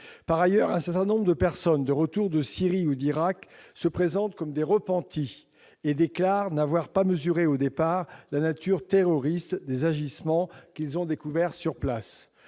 Par ailleurs, un certain nombre de personnes de retour de Syrie ou d'Irak se présentent comme des repentis et affirment n'avoir pas mesuré au départ la nature terroriste des agissements qu'ils ont découverts sur place.